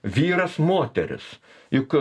vyras moteris juk